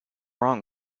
wrong